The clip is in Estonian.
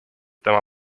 tema